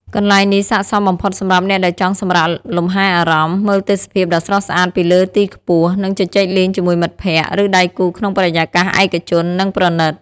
កន្លែងនេះស័ក្តិសមបំផុតសម្រាប់អ្នកដែលចង់សម្រាកលម្ហែអារម្មណ៍ មើលទេសភាពដ៏ស្រស់ស្អាតពីលើទីខ្ពស់ និងជជែកលេងជាមួយមិត្តភក្តិ ឬដៃគូក្នុងបរិយាកាសឯកជន និងប្រណីត។